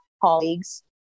colleagues